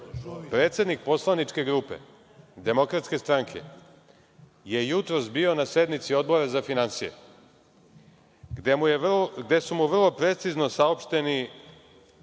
neistinu. Predsednik Poslaničke grupe Demokratske stranke je jutros bio na sednici Odbora za finansije, gde su mu vrlo precizno saopšteni